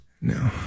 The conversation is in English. No